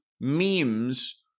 memes